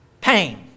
Pain